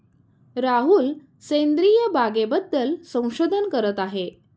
राहुल सेंद्रिय बागेबद्दल संशोधन करत आहे